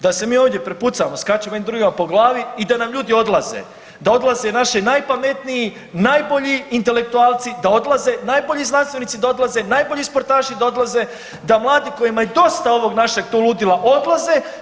Da se mi ovdje prepucavamo, skačemo jedni drugima po glavi i da nam ljudi odlaze, da odlaze naši najpametniji, najbolji intelektualci da odlaze, najbolje znanstvenici da odlaze, najbolji sportaši da odlaze, da mladi kojima je dosta ovog našeg tu ludila odlaze.